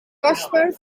kasper